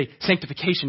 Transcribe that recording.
sanctification